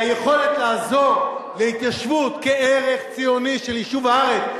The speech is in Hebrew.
והיכולת לעזור להתיישבות כערך ציוני של יישוב הארץ,